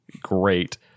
great